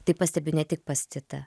tai pastebiu ne tik pas titą